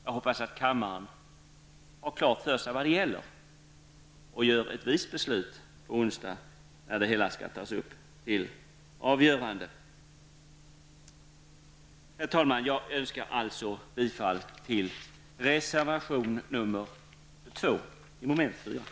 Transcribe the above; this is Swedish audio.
Jag hoppas att kammaren har klart för sig vad det gäller och fattar ett vist beslut på onsdag när detta ärende skall tas upp till avgörande. Herr talman! Jag yrkar bifall till reservation 2 under mom. 4 i hemställan.